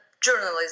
Journalism